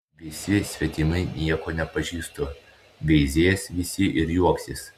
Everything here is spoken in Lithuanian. visi svetimi nieko nepažįstu veizės visi ir juoksis